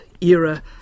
era